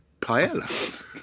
paella